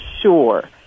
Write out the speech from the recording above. sure